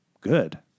good